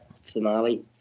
finale